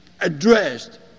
addressed